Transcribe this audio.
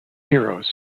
heroes